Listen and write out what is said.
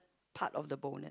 part of the bonnet